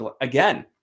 Again